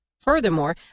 Furthermore